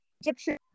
Egyptian